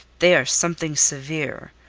they are something severe.